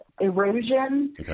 erosion